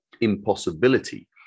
impossibility